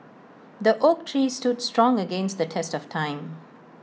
the oak tree stood strong against the test of time